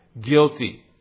guilty